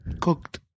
Cooked